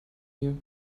mir